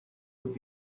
would